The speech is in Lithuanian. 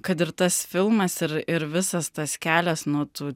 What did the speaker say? kad ir tas filmas ir ir visas tas kelias nuo tų